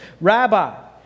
Rabbi